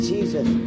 Jesus